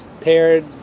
Paired